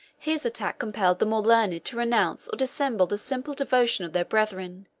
his attack compelled the more learned to renounce or dissemble the simple devotion of their brethren